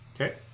Okay